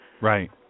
Right